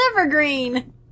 Evergreen